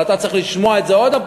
אבל אתה צריך לשמוע את זה שוב,